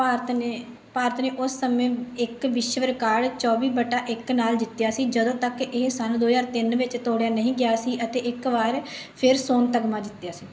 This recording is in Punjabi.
ਭਾਰਤ ਨੇ ਭਾਰਤ ਨੇ ਉਸ ਸਮੇਂ ਇੱਕ ਵਿਸ਼ਵ ਰਿਕਾਰਡ ਚੌਵੀ ਬਟਾ ਇੱਕ ਨਾਲ ਜਿੱਤਿਆ ਸੀ ਜਦੋਂ ਤੱਕ ਕਿ ਇਹ ਸੰਨ ਦੋ ਹਜ਼ਾਰ ਤਿੰਨ ਵਿੱਚ ਤੋੜਿਆ ਨਹੀਂ ਗਿਆ ਸੀ ਅਤੇ ਇੱਕ ਵਾਰ ਫਿਰ ਸੋਨ ਤਗਮਾ ਜਿੱਤਿਆ ਸੀ